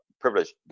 privilege